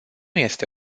este